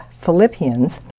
Philippians